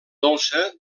dolça